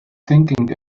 thinking